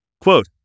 Quote